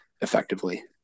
effectively